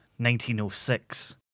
1906